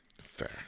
fair